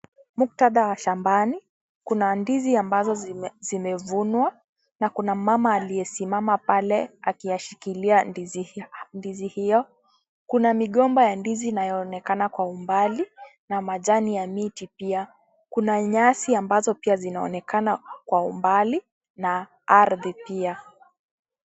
Muktadha wa shambani. Kuna ndizi ambazo zimevunwa na kuna mama aliyesimama pale akiyashikilia ndizi hiyo. Kuna migomba ya ndizi inayoonekana kwa umbali na majani ya miti pia. Kuna nyasi ambazo pia zinaonekana kwa umbali na ardhi pia.